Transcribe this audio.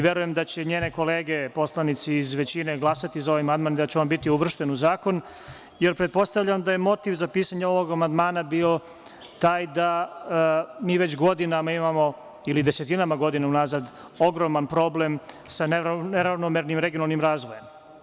Verujem da će njene kolege poslanici iz većine glasati za ovaj amandman i da on biti uvršten u zakon, jer pretpostavljam da je motiv za pisanje ovog amandmana bio taj da mi već godinama imamo ili desetinama godina unazad ogroman problem sa neravnomernim regionalnim razvojem.